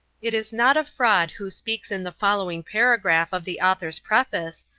it is not a fraud who speaks in the following paragraph of the author's preface,